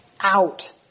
out